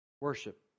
worship